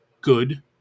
good